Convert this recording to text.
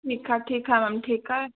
ठीकु आहे ठीकु आहे मैम ठीकु आहे